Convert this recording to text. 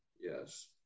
Yes